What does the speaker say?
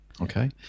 Okay